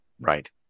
Right